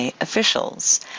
officials